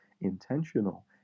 intentional